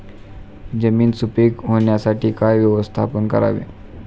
जमीन सुपीक होण्यासाठी काय व्यवस्थापन करावे?